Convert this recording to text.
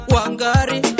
Wangari